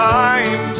time